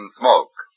smoke